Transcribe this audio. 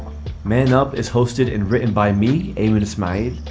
man up is hosted and written by me. aimard. it's made.